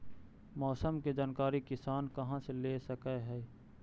मौसम के जानकारी किसान कहा से ले सकै है?